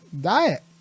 diet